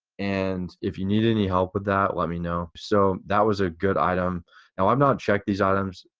and if you need any help with that let me know. so, that was a good item and why um not check these items.